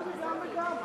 גם וגם וגם.